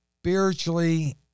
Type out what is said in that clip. spiritually